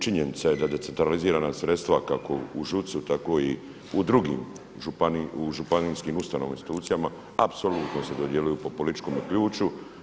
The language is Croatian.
Činjenica je da decentralizirana sredstva kako u ŽUC-u tako i u drugim županijskim ustanovama, institucijama, apsolutno se dodjeljuju po političkome ključu.